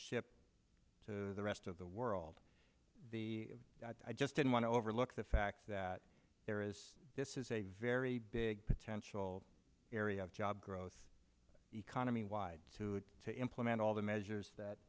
ship to the rest of the world i just didn't want to overlook the fact that there is this is a very big potential area of job growth economy wide too to implement all the measures that